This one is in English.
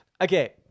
Okay